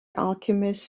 alchemist